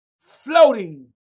floating